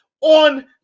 on